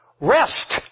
Rest